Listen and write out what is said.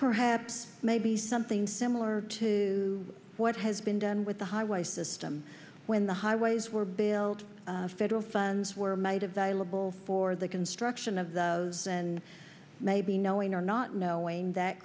perhaps maybe something similar to what has been done with the highway system when the highways were built federal funds were made available for the construction of those and maybe knowing or not knowing that